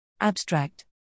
Abstract